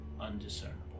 undiscernible